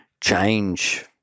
change